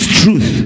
truth